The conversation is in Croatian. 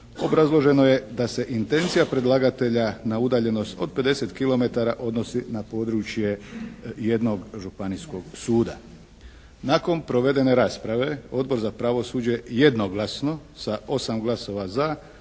Obrazloženo je da se intencija predlagatelja na udaljenost od 50 kilometara odnosi na područje jednog županijskog suda. Nakon provedene rasprave Odbor za pravosuđe jednoglasno sa 8 glasova za,